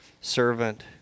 servant